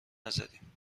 نزدیم